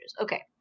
Okay